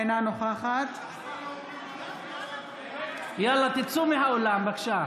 אינה נוכחת יאללה, תצאו מהאולם, בבקשה.